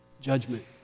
judgment